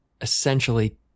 essentially